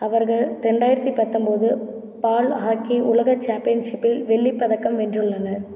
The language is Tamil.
அவர்கள் இரண்டாயிரத்தி பத்தொன்பது பால் ஹாக்கி உலக சாம்பியன்ஷிப்பில் வெள்ளிப் பதக்கம் வென்றுள்ளனர்